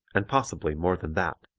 and possibly more than that.